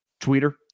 tweeter